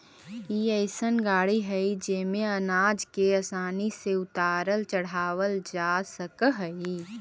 ई अइसन गाड़ी हई जेमे अनाज के आसानी से उतारल चढ़ावल जा सकऽ हई